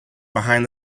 behind